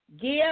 Give